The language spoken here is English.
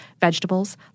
vegetables